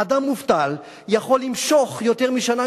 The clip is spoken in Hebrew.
אדם מובטל יכול למשוך יותר משנה,